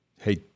hey